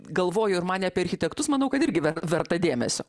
galvojo ir manė apie architektus manau kad irgi verta dėmesio